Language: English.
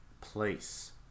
place